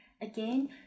Again